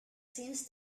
seems